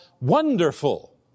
wonderful